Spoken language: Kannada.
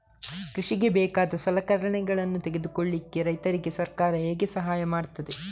ಕೃಷಿಗೆ ಬೇಕಾದ ಸಲಕರಣೆಗಳನ್ನು ತೆಗೆದುಕೊಳ್ಳಿಕೆ ರೈತರಿಗೆ ಸರ್ಕಾರ ಹೇಗೆ ಸಹಾಯ ಮಾಡ್ತದೆ?